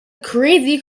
crazy